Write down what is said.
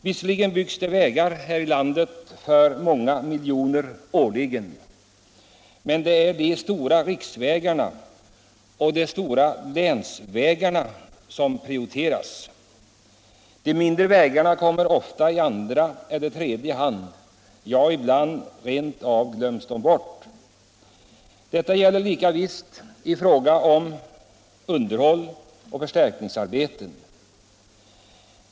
Visserligen byggs det vägar här i landet för många miljoner årligen, men det är de stora riksvägarna och de stora länsvägarna som prioriteras. De mindre vägarna kommer ofta i andra eller tredje hand — ja, ibland glöms de rent av bort. Detta gäller i fråga om både underhåll och förstärkningsarbeten.